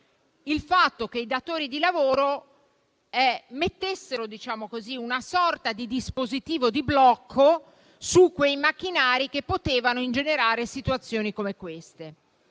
prevedeva che i datori di lavoro mettessero una sorta di dispositivo di blocco su quei macchinari che potevano ingenerare situazioni come queste.